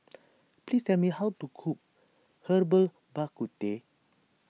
please tell me how to cook Herbal Bak Ku Teh